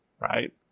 Right